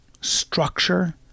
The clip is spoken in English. Structure